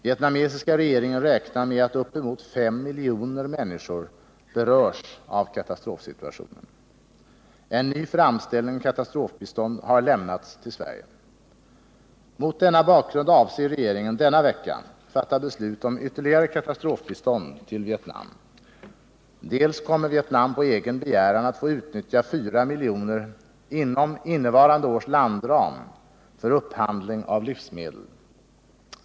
Vietnamesiska regeringen räknar med att uppemot 5 miljoner människor berörs av katastrofsituationen. En ny framställning om katastrofbistånd har lämnats till Sverige. Mot denna bakgrund avser regeringen att denna vecka fatta beslut om ytterligare katastrofbistånd till Vietnam. Vietnam kommer på egen begäran att få utnyttja 4 milj.kr. inom innevarande års landram för upphandling av livsmedel.